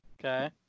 okay